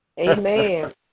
Amen